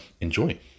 enjoy